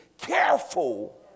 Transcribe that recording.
careful